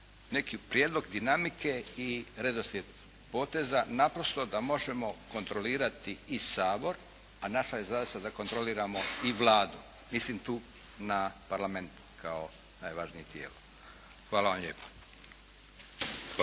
neki prijedlog dinamike i redoslijed poteza naprosto da možemo kontrolirati i Sabor, a naša je zadaća da kontroliramo i Vladu. Mislim tu na Parlament kao najvažnije tijelo. Hvala vam lijepo.